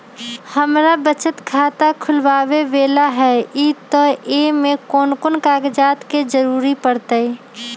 हमरा बचत खाता खुलावेला है त ए में कौन कौन कागजात के जरूरी परतई?